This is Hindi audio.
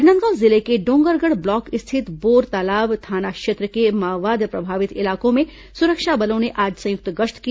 राजनांदगांव जिले के डोंगरगढ़ ब्लॉक स्थित बोरतालाब थाना क्षेत्र के माओवाद प्रभावित इलाकों में सुरक्षा बलों ने आज संयुक्त गश्त की